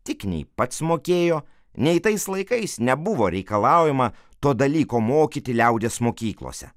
tik nei pats mokėjo nei tais laikais nebuvo reikalaujama to dalyko mokyti liaudies mokyklose